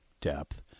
depth